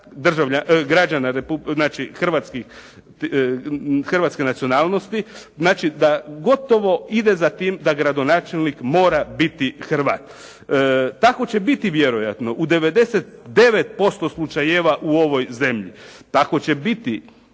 hrvatske nacionalnosti, znači da gotovo ide za tim da gradonačelnik mora biti Hrvat. Tako će biti vjerojatno u 99% slučajeva u ovoj zemlji, tako će biti